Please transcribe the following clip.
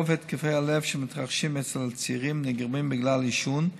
רוב התקפי הלב שמתרחשים אצל צעירים נגרמים בגלל עישון,